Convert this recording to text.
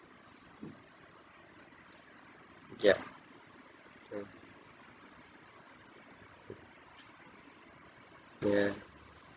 ya mm ya